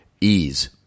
ease